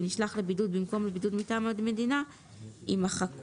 נשלח לבידוד במקום לבידוד מטעם המדינה" - יימחקו.